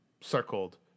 circled